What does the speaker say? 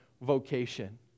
vocation